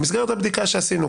במסגרת הבדיקה שעשינו,